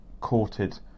courted